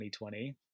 2020